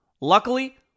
Luckily